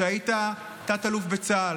שהיית תת-אלוף בצה"ל,